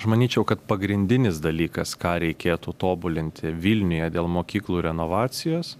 aš manyčiau kad pagrindinis dalykas ką reikėtų tobulinti vilniuje dėl mokyklų renovacijos